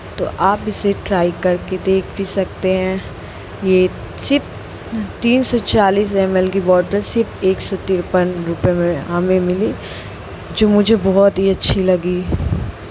तो आप इसे ट्राइ करके देख भी सकते हैं ये सिर्फ तीन सौ चालीस एमएल की बोतल सिर्फ़ एक सौ तिरेपन रुपए में हमें मिली जो मुझे बहुत ही अच्छी लगी